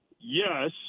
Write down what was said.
yes